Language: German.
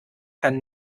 kann